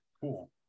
cool